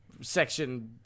section